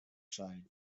side